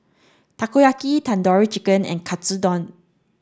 Takoyaki Tandoori Chicken and Katsudon